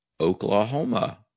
Oklahoma